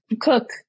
cook